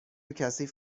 کثیف